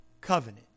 covenant